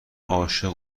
عاشق